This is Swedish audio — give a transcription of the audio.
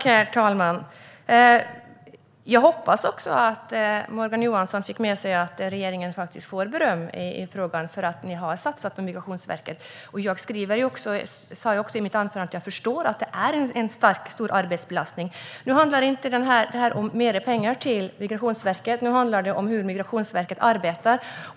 Herr talman! Jag hoppas att Morgan Johansson också fick med sig att regeringen får beröm i frågan för att ni har satsat på Migrationsverket. Jag sa också i mitt anförande att jag förstår att det är en stor arbetsbelastning. Nu handlar inte detta om mer pengar till Migrationsverket, utan det handlar om hur Migrationsverket arbetar.